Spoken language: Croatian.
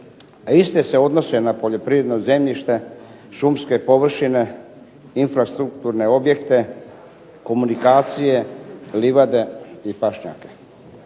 Iste se odnose na poljoprivredno zemljište, šumske površine, infrastrukturne objekte, komunikacije, livade i pašnjake.